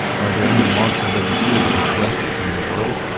are there any marks of a distributive justice in the world?